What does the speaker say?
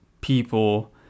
people